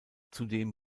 zudem